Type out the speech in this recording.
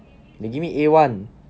they give me a one